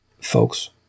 Folks